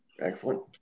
Excellent